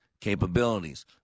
capabilities